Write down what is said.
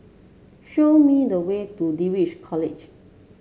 show me the way to Dulwich College